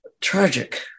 tragic